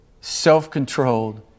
Self-controlled